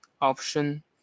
option